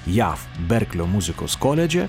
jav berklio muzikos koledže